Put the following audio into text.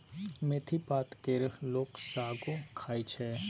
मेथी पात केर लोक सागो खाइ छै